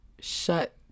shut